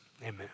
amen